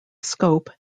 scope